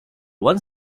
one